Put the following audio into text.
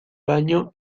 baño